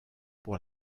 pour